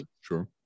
sure